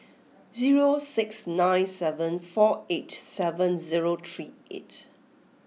zero six nine seven four eight seven zero three eight